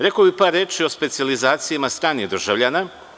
Rekao bih par reči o specijalizacijama stranih državljana.